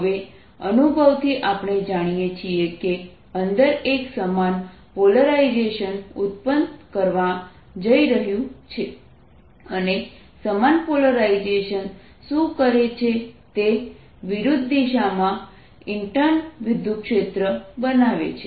હવે અનુભવથી આપણે જાણીએ છીએ કે અંદર એક સમાન પોલરાઇઝેશન ઉત્પન્ન કરવા જઈ રહ્યું છે અને સમાન પોલરાઇઝેશન શું કરે છે તે વિરુદ્ધ દિશામાં ઇન્ટર્ન વિદ્યુતક્ષેત્ર બનાવે છે